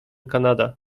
canada